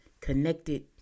connected